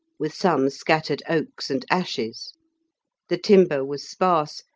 with some scattered oaks and ashes the timber was sparse,